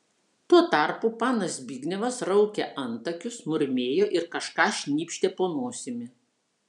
tuo tarpu panas zbignevas raukė antakius murmėjo ir kažką šnypštė po nosimi